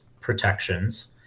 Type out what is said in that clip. protections